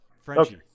Frenchie